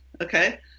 okay